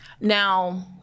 Now